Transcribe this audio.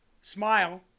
Smile